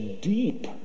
deep